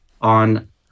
on